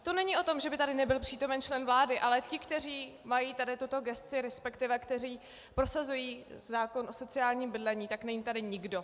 To není o tom, že by tady nebyl přítomen člen vlády, ale ti, kteří mají tady tuto gesci, resp. kteří prosazují zákon o sociálním bydlení, tak není tady nikdo.